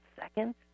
second